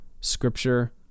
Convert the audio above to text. scripture